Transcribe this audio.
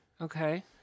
Okay